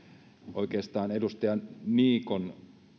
oikeastaan edustaja niikon